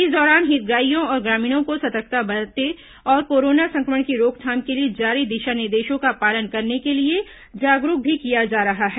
इस दौरान हितग्राहियों और ग्रामीणों को सतर्कता बरतने और कोरोना संक्रमण की रोकथाम के लिए जारी दिशा निर्देशों का पालन करने के लिए जागरूक भी किया जा रहा है